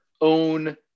own